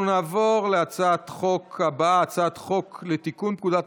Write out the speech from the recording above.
אני קובע כי הצעת חוק הרשות השנייה לטלוויזיה ורדיו (תיקון מס'